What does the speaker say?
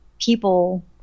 people